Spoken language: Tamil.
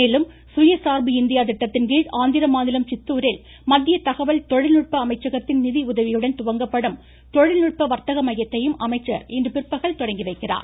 மேலும் சுய சார்பு இந்தியா திட்டத்தின்கீழ் ஆந்திர மாநிலம் சித்தூரில் மத்திய தகவல் தொழில்நுட்ப அமைச்சகத்தின் நிதியுதவியுடன் துவங்கப்படும் தொழில்நுட்ப வர்த்தக மையத்தையும் அமைச்சர் இன்று பிற்பகல் தொடங்கி வைக்கிறார்